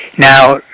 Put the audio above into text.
Now